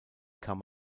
kann